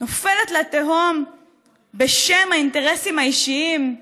נופלת לתהום בשם האינטרסים האישיים,